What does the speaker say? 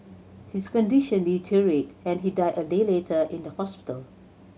his condition deteriorated and he died a day later in the hospital